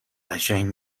قشنگ